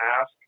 ask